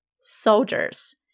Soldiers